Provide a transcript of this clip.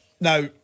now